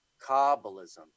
Kabbalism